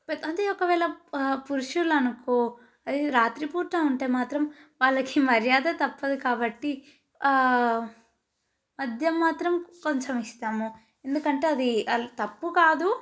పెద్ద అదే ఒకవేళ పురుషులు అనుకో అది రాత్రిపూట ఉంటే మాత్రం వాళ్ళకి మర్యాద తప్పదు కాబట్టి మద్యం మాత్రం కొంచెం ఇస్తాము ఎందుకంటే అది తప్పుకాదు